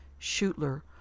Schutler